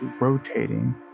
rotating